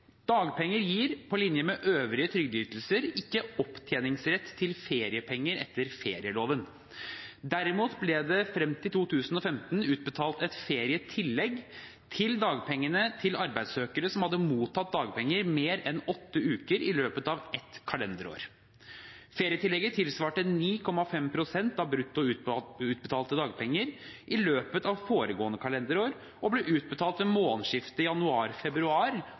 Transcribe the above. Dagpenger gir, på linje med øvrige trygdeytelser, ikke opptjeningsrett til feriepenger etter ferieloven. Derimot ble det frem til 2015 utbetalt et ferietillegg til dagpengene til arbeidssøkere som hadde mottatt dagpenger mer enn åtte uker i løpet av et kalenderår. Ferietillegget tilsvarte 9,5 pst. av brutto utbetalte dagpenger i løpet av foregående kalenderår og ble utbetalt